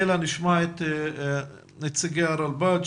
שנשמע את נציגי הרלב"ד,